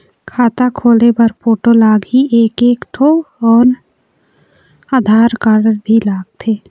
खाता खोले बर फोटो लगही एक एक ठो अउ आधार कारड भी लगथे?